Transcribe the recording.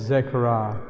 Zechariah